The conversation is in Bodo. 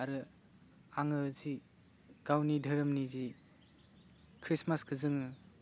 आरो आङो जि गावनि धोरोमनि जि ख्रिष्टमासखौ जोङो